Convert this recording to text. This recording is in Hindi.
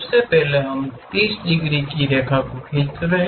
सबसे पहले हम 30 डिग्री की रेखा खींचते हैं